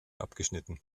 abgeschnitten